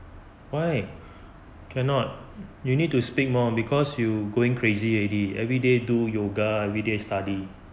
why cannot you need to speak more because you going crazy already everyday do yoga everyday study